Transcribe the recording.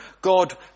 God